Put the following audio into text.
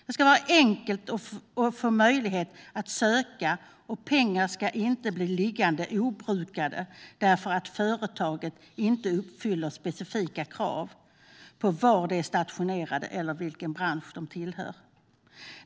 Det ska vara enkelt att få möjlighet att söka, och pengar ska inte bli liggande obrukade därför att företaget inte uppfyller specifika krav på stationering eller bransch.